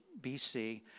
BC